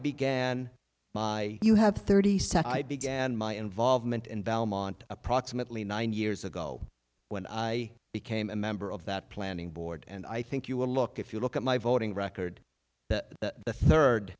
began by you have thirty seven i began my involvement in belmont approximately nine years ago when i became a member of that planning board and i think you will look if you look at my voting record that the third